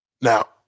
Now